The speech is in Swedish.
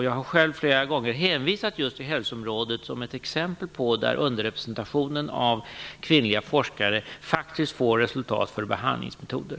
Jag har själv flera gånger hänvisat just till hälsoområdet som ett exempel på ett område där underrepresentationen av kvinnliga forskare faktiskt får resultat vad avser behandlingsmetoder.